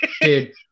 Dude